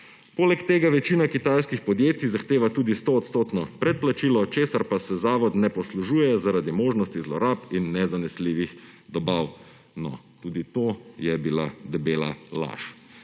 »Poleg tega večina kitajskih podjetij zahteva tudi 100-odstotno predplačilo, česar pa se zavod ne poslužuje zaradi možnosti zlorab in nezanesljivih dobav.« No, tudi to je bila debela laž.